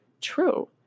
true